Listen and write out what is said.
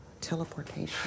teleportation